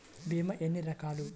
భీమ ఎన్ని రకాలు?